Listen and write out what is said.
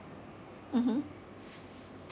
mmhmm